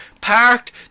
parked